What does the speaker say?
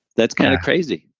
that's kind of crazy.